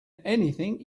anything